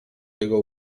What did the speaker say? jego